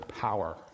power